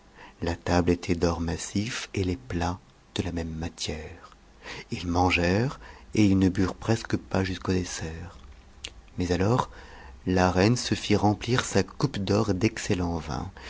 la table était d'or massif et les plats de a même matière ils mangèrent et ils ne burent presque pas jusqu'au dessert mais alors la reine se fit rempt sa coupe d'or d'excellent vin